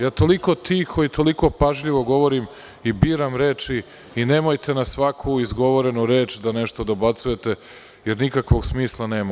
Ja toliko tiho i toliko pažljivo govorim i biram reči i nemojte na svaku izgovorenu reč da nešto dobacujete, jer nikakvog smisla nema.